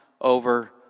over